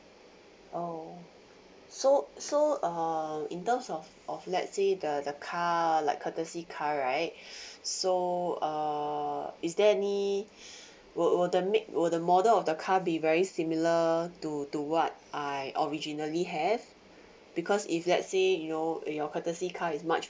oo so so um in terms of of let say the the car like courtesy car right so err is there any will will the made will the model of the car be very similar to to what I originally have because if let say you your courtesy car is much